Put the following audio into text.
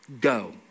go